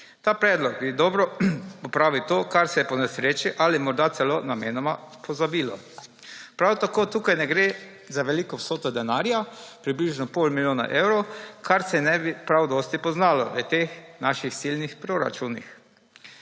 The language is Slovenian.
Ta predlog dobro popravi to, kar se je po nesreči ali morda celo namenoma pozabilo. Prav tako tukaj ne gre za veliko vsoto denarja, približno pol milijona evrov, kar se ne bi prav dosti poznalo v teh naših silnih proračunih.